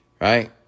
Right